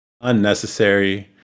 unnecessary